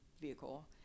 vehicle